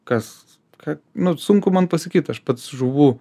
kas kad na ir sunku man pasakyti aš pats žuvų